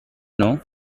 know